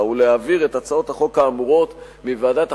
ולהעביר את הצעות החוק האמורות מוועדת החוקה,